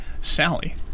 Sally